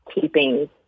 keeping